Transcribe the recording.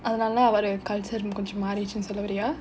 and